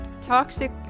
toxic